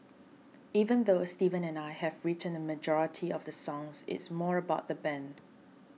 even though Steven and I have written a majority of the songs it's more about the band